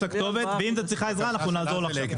ואם את צריכה עזרה, נעזור לך.